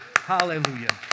Hallelujah